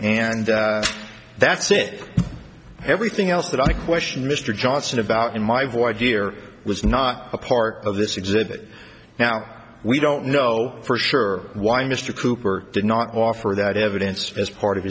and that's it everything else that i question mr johnson about in my void year was not a part of this exhibit now we don't know for sure why mr cooper did not offer that evidence as part of